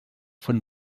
von